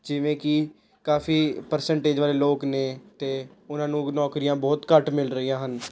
ਜਿਵੇਂ ਕਿ ਕਾਫੀ ਪਰਸੈਂਟੇਜ ਵਾਲੇ ਲੋਕ ਨੇ ਅਤੇ ਉਹਨਾਂ ਨੂੰ ਨੌਕਰੀਆਂ ਬਹੁਤ ਘੱਟ ਮਿਲ ਰਹੀਆਂ ਹਨ